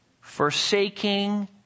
Forsaking